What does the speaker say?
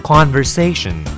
Conversation